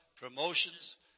promotions